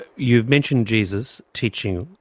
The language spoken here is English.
you've mentioned jesus' teaching,